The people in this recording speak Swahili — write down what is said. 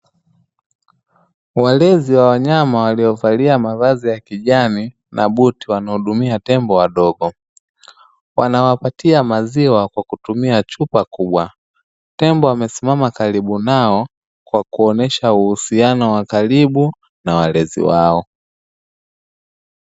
Walezi wa wanyama waliovalia mavazi ya kijani na buti wanaohudumia tembo wadogo wanawapatia maziwa kwa kutumia chupa kubwa, tembo wamesimama karibu nao kwa kuonesha uhusiano wa karibu na walezi wao .